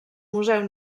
museu